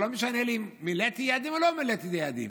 זה לא משנה לי אם מילאתי יעדים או לא מילאתי את היעדים.